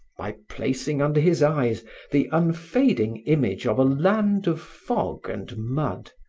by placing under his eyes the unfading image of a land of fog and mud,